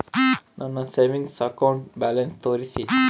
ನನ್ನ savings account balance ತೋರಿಸಿ?